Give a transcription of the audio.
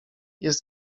jest